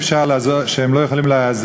עד היום הממונה על שוק ההון, ביטוח וחיסכון